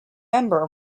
member